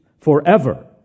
forever